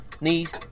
knees